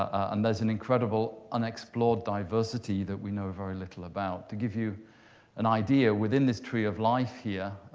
ah and there's an incredible unexplored diversity that we know very little about. to give you an idea, within this tree of life here,